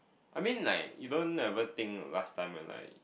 I mean like you don't never think last time we're like